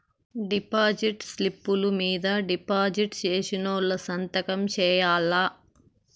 deposit స్లిప్పులు మీద deposit సేసినోళ్లు సంతకం సేయాల్ల